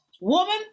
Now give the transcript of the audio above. Woman